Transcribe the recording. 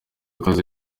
ukaze